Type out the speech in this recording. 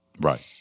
Right